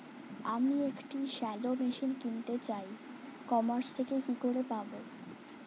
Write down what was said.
আমি একটি shallow machine কিনতে চাই ই কমার্স থেকে কি করে পাবো?